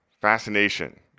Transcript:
fascination